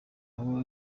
aho